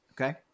Okay